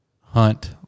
hunt